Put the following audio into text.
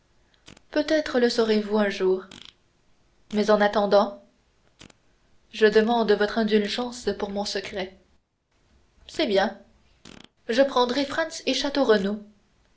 peut-être le saurez vous un jour mais en attendant je demande votre indulgence pour mon secret c'est bien je prendrai franz et